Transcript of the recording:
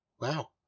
Wow